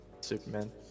Superman